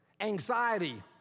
anxiety